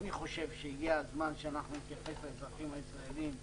אני חושב שהגיע הזמן שאנחנו נתייחס לאזרחים הישראלים באמינות,